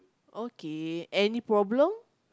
okay any problem